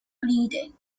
bleeding